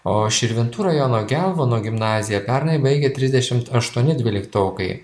o širvintų rajono gelvonų gimnaziją pernai baigė trisdešimt aštuoni dvyliktokai